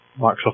Microsoft